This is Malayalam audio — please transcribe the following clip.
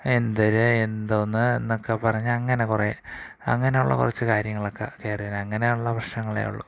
എന്തര് എന്തോന്ന് എന്നൊക്കെ പറഞ്ഞ് അങ്ങനെ കുറേ അങ്ങനെയുള്ള കുറച്ച് കാര്യങ്ങളൊക്കെ കയറി വരും അങ്ങനെയുള്ള പ്രശ്നങ്ങളേ ഉള്ളൂ